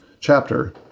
chapter